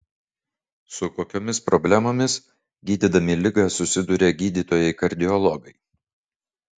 su kokiomis problemomis gydydami ligą susiduria gydytojai kardiologai